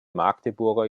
magdeburger